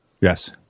Yes